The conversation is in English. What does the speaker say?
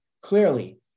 clearly